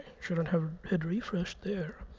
shouldn't have hit refresh there.